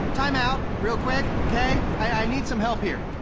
time out, real quick, okay? i need some help here!